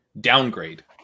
downgrade